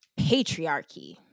patriarchy